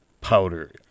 powder